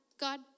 God